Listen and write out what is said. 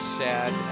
sad